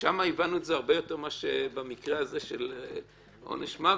ששם הבנו את זה הרבה יותר מאשר במקרה הזה של עונש מוות,